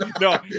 no